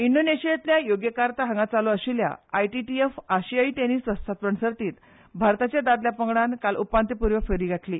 इंडोनेशियांतल्या योग्यकार्ता हांगा चालू आशिल्ल्या आयटीटीएफ आशियायी टेनीस वस्तादपण सर्तींत भारताच्या दादल्या पंगडान काल उपांत्यपूर्व फेरी गांठली